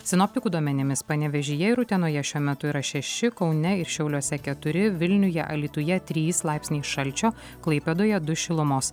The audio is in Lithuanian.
sinoptikų duomenimis panevėžyje ir utenoje šiuo metu yra šeši kaune ir šiauliuose keturi vilniuje alytuje trys laipsniai šalčio klaipėdoje du šilumos